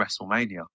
WrestleMania